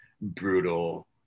brutal